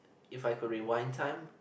if I could rewind time